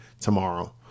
tomorrow